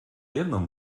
jedną